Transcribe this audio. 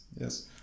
yes